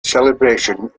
celebration